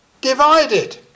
divided